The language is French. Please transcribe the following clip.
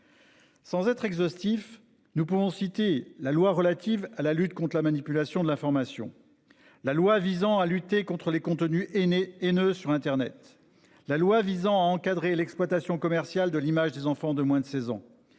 Sans être exhaustif. Nous pouvons citer la loi relative à la lutte contre la manipulation de l'information. La loi visant à lutter contre les contenus et n'est et ne sur Internet la loi visant à encadrer l'exploitation commerciale de l'image des enfants de moins de 16 ans.